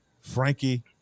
Frankie